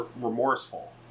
remorseful